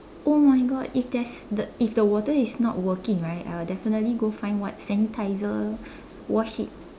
oh my God if there's the if the water is not working right I would definitely go find what sanitizer wash it